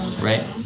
right